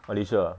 alicia ah